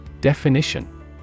Definition